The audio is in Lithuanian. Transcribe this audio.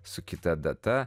su kita data